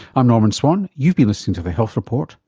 i'm norman swan, you've been listening to the health report,